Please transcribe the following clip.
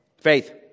Faith